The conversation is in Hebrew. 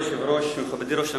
כבוד היושב-ראש, מכובדי ראש הממשלה,